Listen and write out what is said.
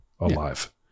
alive